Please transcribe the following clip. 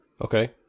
Okay